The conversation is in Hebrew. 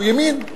הוא ימין.